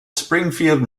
springfield